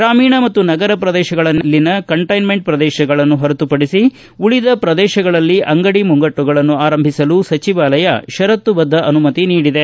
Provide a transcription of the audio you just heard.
ಗ್ರಾಮೀಣ ಮತ್ತು ನಗರ ಪ್ರದೇಶಗಳಲ್ಲಿನ ಕಂಟೈನ್ಕಂಟ್ ಪ್ರದೇಶಗಳನ್ನು ಹೊರತುಪಡಿಸಿ ಉಳಿದ ಪ್ರದೇಶಗಳಲ್ಲಿ ಅಂಗಡಿ ಮುಂಗಟ್ಟುಗಳನ್ನು ಆರಂಭಿಸಲು ಸಚಿವಾಲಯ ಪರತ್ತು ಬದ್ಧ ಅನುಮತಿ ನೀಡಿದೆ